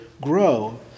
grow